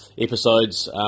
episodes